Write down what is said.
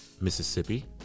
Mississippi